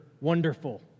Wonderful